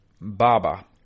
Baba